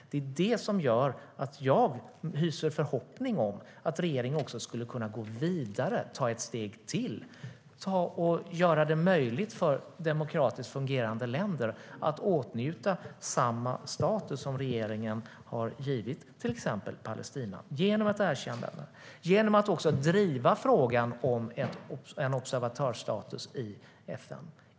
Det får mig att hysa en förhoppning om att regeringen skulle kunna gå vidare och ta ett steg till och göra det möjligt för demokratiskt fungerande länder att åtnjuta samma status som regeringen har givit till exempel Palestina genom att erkänna Taiwan och driva frågan om en observatörsstatus i FN.